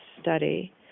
study